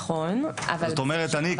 זאת אומרת שאני,